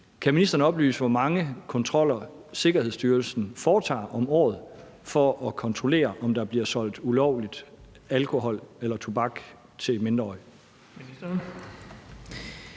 Kan ministeren oplyse, hvor mange kontroller Sikkerhedsstyrelsen foretager om året for at kontrollere, om der ulovligt bliver solgt alkohol eller tobak til mindreårige?